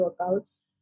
workouts